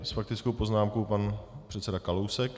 S faktickou poznámkou pan předseda Kalousek.